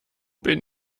bin